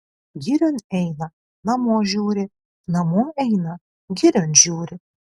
girion eina namo žiūri namo eina girion žiūri